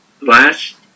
last